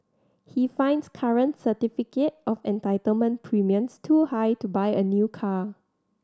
he finds current certificate of entitlement premiums too high to buy a new car